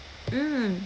mm